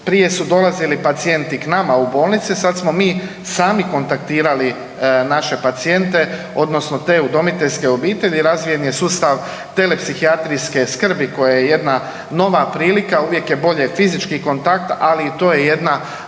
Prije su dolazili pacijenti k nama u bolnice, sad smo mi sami kontaktirali naše pacijente odnosno te udomiteljske obitelji. Razvijen je sustav tele psihijatrijske skrbi koja je jedna nova prilika, uvijek je bolje fizički kontakt, ali i to je jedna